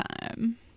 time